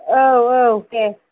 औ औ दे